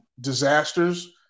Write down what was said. disasters